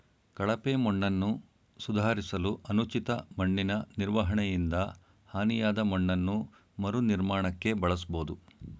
ಕಳಪೆ ಮಣ್ಣನ್ನು ಸುಧಾರಿಸಲು ಅನುಚಿತ ಮಣ್ಣಿನನಿರ್ವಹಣೆಯಿಂದ ಹಾನಿಯಾದಮಣ್ಣನ್ನು ಮರುನಿರ್ಮಾಣಕ್ಕೆ ಬಳಸ್ಬೋದು